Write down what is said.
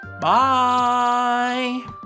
Bye